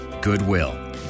Goodwill